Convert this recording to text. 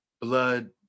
blood